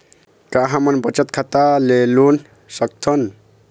का हमन बचत खाता ले लोन सकथन?